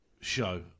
show